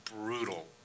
brutal